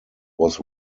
was